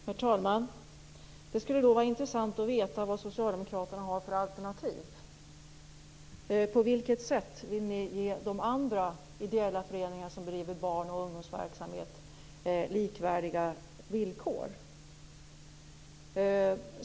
Herr talman! Det skulle vara intressant att veta vad Socialdemokraterna har för alternativ. På vilket sätt vill ni ge de andra ideella föreningarna som bedriver barn och ungdomsverksamhet likvärdiga villkor?